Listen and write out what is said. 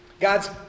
God's